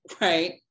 right